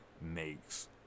makes